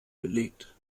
belegt